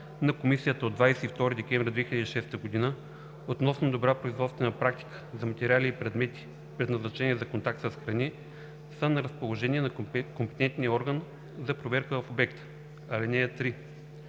на Комисията от 22 декември 2006 г. относно добра производствена практика за материали и предмети, предназначени за контакт с храни, са на разположение на компетентния орган за проверка в обекта. (3)